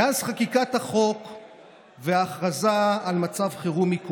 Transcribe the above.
מאחר שהחוק מאפשר תשתית משפטית להטלת